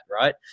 right